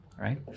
right